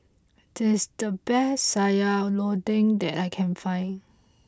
this is the best Sayur Lodeh that I can find